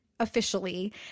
Officially